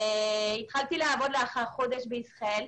התחלתי לעבוד לאחר חודש בישראל.